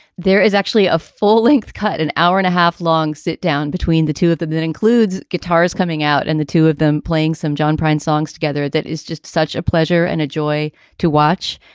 there is actually a full-length cut an hour and a half long sit down between the two of them. that includes guitars coming out and the two of them playing some john prine songs together. that is just such a pleasure and a joy to watch.